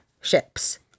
ships